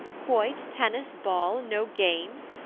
quoit, tennis, ball no games?